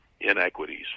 inequities